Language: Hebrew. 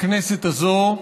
בכנסת הזאת,